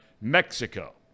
Mexico